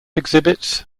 exhibits